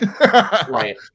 Right